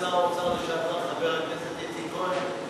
שר האוצר לשעבר חבר הכנסת איציק כהן.